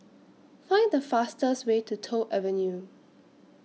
Find The fastest Way to Toh Avenue